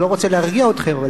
לא רוצה להרגיע אתכם,